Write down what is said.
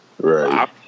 Right